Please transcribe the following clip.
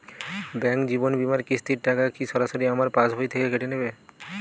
Bank জীবন বিমার কিস্তির টাকা কি সরাসরি আমার পাশ বই থেকে কেটে নিবে?